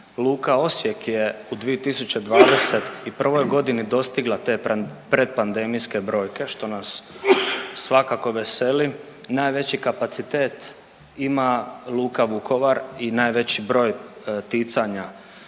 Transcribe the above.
Luka Osijek je u 2021. g. dostigla te predpandemijske brojke, što nas svakako veseli. Najveći kapacitet ima Luka Vukovar i najveći broj ticanja